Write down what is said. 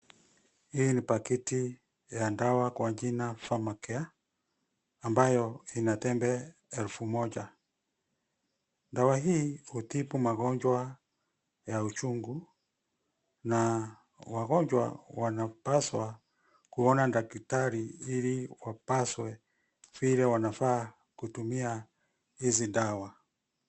Hii ni pakiti ya dawa kwa jina pharmacare ambayo ina tembe elfu moja. Dawa hii hutibu magonjwa ya uchungu na wagonjwa wanapaswa kuona daktari ili wapashwe vile wanafaa kutumia hizi dawa.